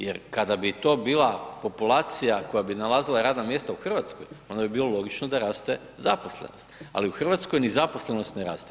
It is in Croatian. Jer kada bi to bila populacija koja bi nalazila radna mjesta u Hrvatskoj onda bi bilo logično da raste zaposlenost, ali u Hrvatskoj ni zaposlenost ne raste.